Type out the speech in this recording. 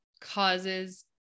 causes